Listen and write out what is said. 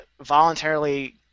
voluntarily